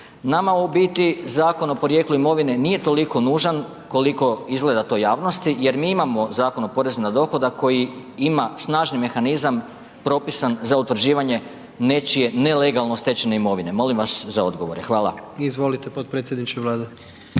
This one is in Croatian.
Nama u biti Zakon o porijeklu imovine nije toliko nužan koliko izgleda to javnosti jer mi imamo Zakon o porezu na dohodak koji ima snažni mehanizam propisan za utvrđivanje nečije nelegalno stečene imovine. Molim vas za odgovore, hvala. **Jandroković, Gordan